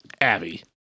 Abby